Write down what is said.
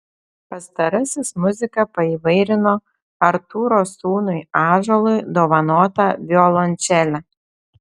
pastarasis muziką paįvairino artūro sūnui ąžuolui dovanota violončele